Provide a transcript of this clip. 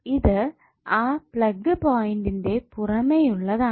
ഇത് ആ പ്ലഗ് പോയിന്റെ പുറമേയുള്ളതാണ്